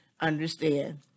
understand